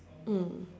mm